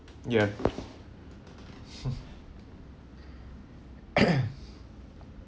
yup